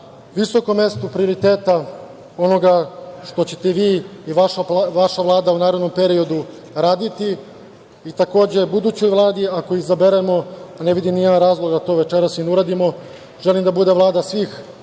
visokom mestu prioriteta onoga što ćete vi i vaša Vlada u narednom periodu raditi i, takođe, budućoj Vladi, ako je izaberemo, a ne vidim ni jedan razlog da to večeras i ne uradimo, želim da bude Vlada svih